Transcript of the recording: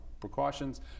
precautions